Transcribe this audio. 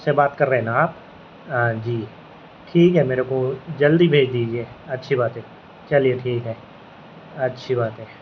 سے بات کر رہے ہیں نا آپ جی ٹھیک ہے میرے کو جلدی بھیج دیجیے اچھی بات ہے چلیے ٹھیک ہے اچھی بات ہے